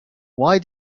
why